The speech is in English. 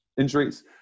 injuries